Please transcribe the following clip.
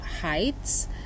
heights